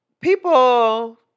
people